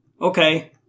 Okay